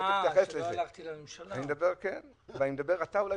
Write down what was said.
אתה אולי